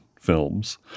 films